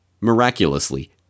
miraculously